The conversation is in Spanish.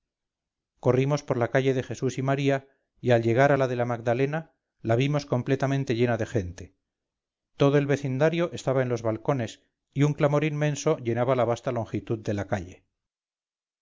corrimos por la calle de jesús y maría y al llegar a la de la magdalena la vimos completamente llena de gente todo el vecindario estaba en los balcones y un clamor inmenso llenaba la vasta longitud de la calle